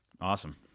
Awesome